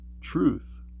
truth